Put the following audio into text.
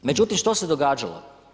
Međutim što se događalo?